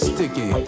Sticky